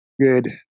good